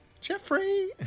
Jeffrey